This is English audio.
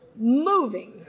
Moving